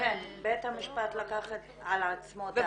בית המשפט לקח על עצמו את ההסכמה.